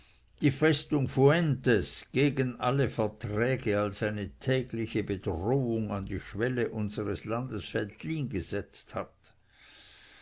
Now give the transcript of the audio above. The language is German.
die festung fuentes gegen alle verträge als eine tägliche bedrohung an die schwelles unseres landes veltlin gesetzt hat